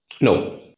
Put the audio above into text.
No